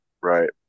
right